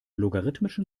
logarithmischen